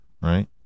right